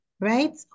Right